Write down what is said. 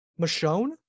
Michonne